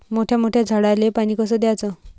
मोठ्या मोठ्या झाडांले पानी कस द्याचं?